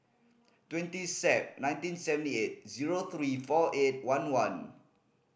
twenty Sep nineteen seventy eight zero three four eight one one